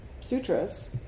sutras